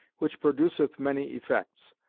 which produceth many effects.